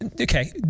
okay